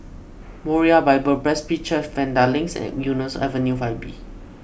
Moriah Bible Presby Church Vanda Link and Eunos Avenue five B